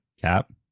Cap